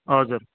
हजुर